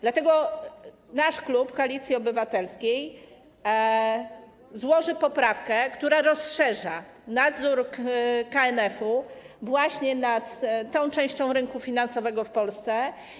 Dlatego nasz klub, klub Koalicji Obywatelskiej, złoży poprawkę, która rozszerza nadzór KNF-u właśnie nad tą częścią rynku finansowego w Polsce.